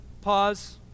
Pause